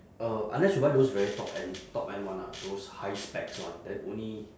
uh unless you buy those very top end top end one lah those high specs one then only